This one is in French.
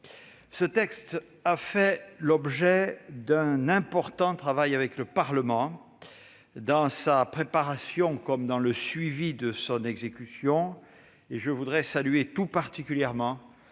Ce texte a fait l'objet d'un important travail avec le Parlement, tant lors de sa préparation que dans le suivi de son exécution. Je voudrais saluer tout particulièrement